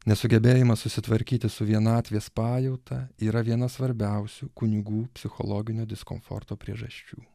nesugebėjimas susitvarkyti su vienatvės pajauta yra vienas svarbiausių kunigų psichologinio diskomforto priežasčių